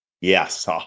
Yes